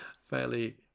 fairly